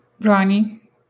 Ronnie